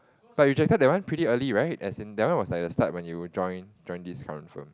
but you that one pretty early right as in that one was like the start when you join join this current firm